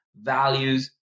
values